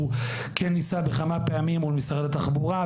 שניסה בכמה פעמים מול משרד התחבורה,